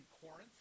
Corinth